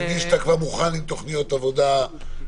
אני מבין שאתה כבר מוכן עם תוכניות עבודה מסודרות.